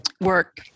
work